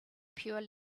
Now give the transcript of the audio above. pure